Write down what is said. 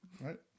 right